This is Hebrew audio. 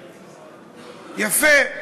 יפה.